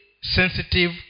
sensitive